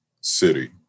city